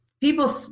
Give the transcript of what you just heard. people